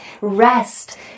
rest